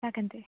ಯಾಕಂತೆ